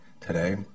today